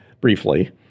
briefly